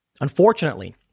Unfortunately